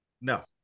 No